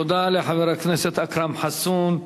תודה לחבר הכנסת אכרם חסון.